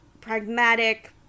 pragmatic